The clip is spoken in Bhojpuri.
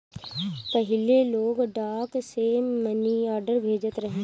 पहिले लोग डाक से मनीआर्डर भेजत रहे